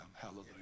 Hallelujah